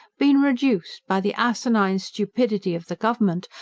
been reduced, by the asinine stupidity of the government,